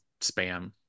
spam